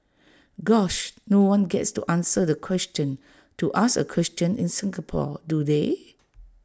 gosh no one gets to answer the question to ask A question in Singapore do they